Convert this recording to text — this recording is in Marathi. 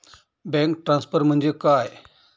बँक ट्रान्सफर म्हणजे काय?